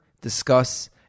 discuss